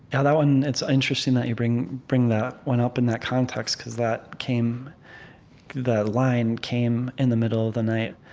yeah, that one it's interesting that you bring bring that one up in that context, because that came the line came in the middle of the night.